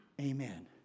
Amen